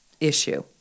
issue